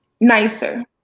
nicer